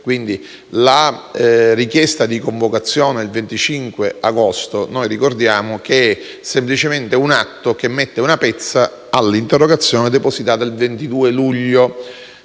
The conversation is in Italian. la richiesta di convocazione del 25 agosto è semplicemente un atto che mette una pezza all'interrogazione depositata il 22 luglio,